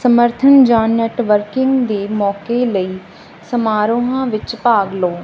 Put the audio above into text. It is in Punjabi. ਸਮਰਥਨ ਜਾਂ ਨੈਟ ਵਰਕਿੰਗ ਦੇ ਮੌਕਿਆਂ ਲਈ ਸਮਾਰੋਹਾਂ ਵਿੱਚ ਭਾਗ ਲਓ